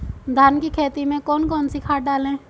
धान की खेती में कौन कौन सी खाद डालें?